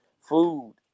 food